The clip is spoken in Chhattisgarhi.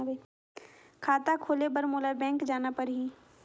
खाता खोले बर मोला बैंक जाना परही?